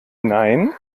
nein